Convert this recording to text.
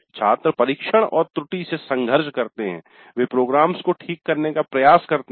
छात्र 'परीक्षण और त्रुटि' से संघर्ष करते हैं वे प्रोग्राम्स को ठीक करने का प्रयास करते हैं